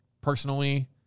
personally